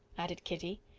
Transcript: added kitty.